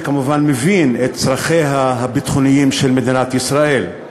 אני כמובן מבין את צרכיה הביטחוניים של מדינת ישראל,